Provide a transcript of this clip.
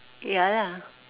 ya lah